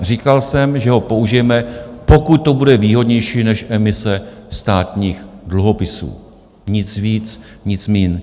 Říkal jsem, že ho použijeme, pokud to bude výhodnější než emise státních dluhopisů, nic víc, nic míň.